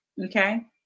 Okay